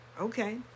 Okay